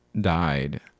died